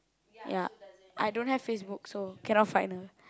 ya I don't have Facebook so cannot find her